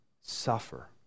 suffer